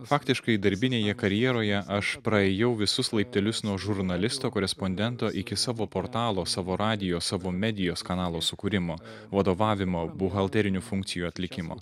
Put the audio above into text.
faktiškai darbinėje karjeroje aš praėjau visus laiptelius nuo žurnalisto korespondento iki savo portalo savo radijo savo medijos kanalo sukūrimo vadovavimo buhalterinių funkcijų atlikimo